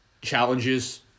challenges